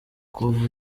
kuva